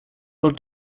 while